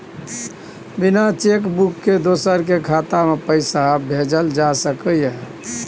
बिना cheque book के दोसर के खाता में पैसा भेजल जा सकै ये?